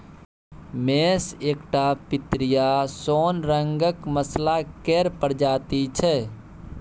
मेस एकटा पितरिया सोन रंगक मसल्ला केर प्रजाति छै